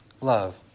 love